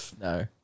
No